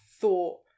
thought